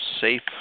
safe